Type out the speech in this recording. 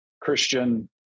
Christian